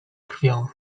krwią